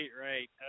right